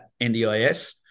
NDIS